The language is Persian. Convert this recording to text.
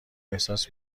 احساس